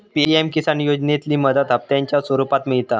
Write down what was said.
PM Kisan योजनेतली मदत हप्त्यांच्या स्वरुपात मिळता